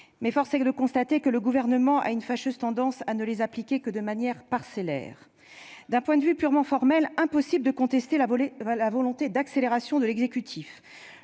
Force est de constater, pourtant, que le Gouvernement a une fâcheuse tendance à ne les appliquer que de manière parcellaire. Du point de vue purement formel, il semble impossible de contester la volonté d'accélération de l'exécutif